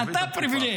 אתה פריבילג.